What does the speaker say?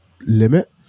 limit